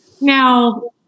Now